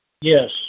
yes